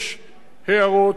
יש הערות.